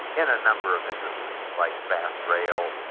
in a number of industries like fast rail,